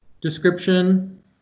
description